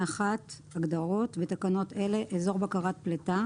הגדרות בתקנות אלה: "אזור בקרת פליטה"